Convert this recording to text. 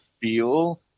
feel